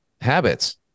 habits